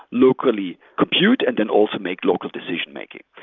locally compute and then also make local decision making.